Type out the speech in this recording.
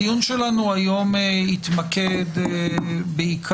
הדיון שלנו היום יתמקד בעיקר,